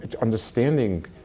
understanding